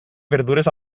verdures